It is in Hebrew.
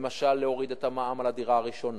למשל, להוריד את המע"מ על הדירה הראשונה,